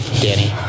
Danny